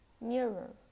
mirror